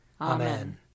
Amen